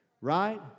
right